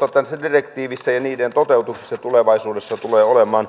se on totta että direktiiveissä ja niiden toteutuksessa tulevaisuudessa tulee olemaan